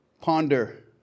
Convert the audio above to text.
ponder